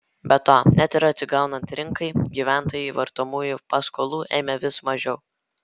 be to net ir atsigaunant rinkai gyventojai vartojamųjų paskolų ėmė vis mažiau